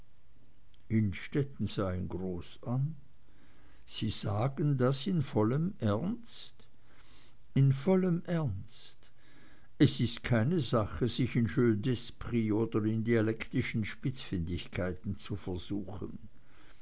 innstetten sah ihn groß an sie sagen das in vollem ernst in vollem ernst es ist keine sache sich in jeu d'esprit oder in dialektischen spitzfindigkeiten zu versuchen